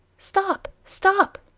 stop! stop!